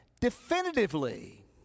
definitively